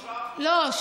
3%. לא.